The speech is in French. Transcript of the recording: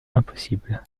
impossible